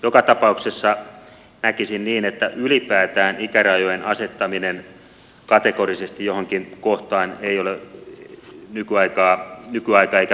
joka tapauksessa näkisin niin että ylipäätään ikärajojen asettaminen kategorisesti johonkin kohtaan ei ole nykyaikaa eikä perusteltua